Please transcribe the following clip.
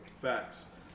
Facts